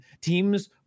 teams